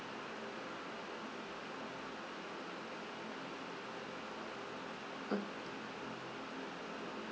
mm